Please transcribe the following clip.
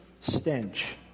stench